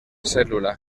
cèl·lula